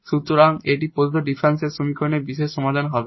সুতরাং এটি প্রদত্ত ডিফারেনশিয়াল সমীকরণের পার্টিকুলার সমাধান হবে